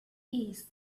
east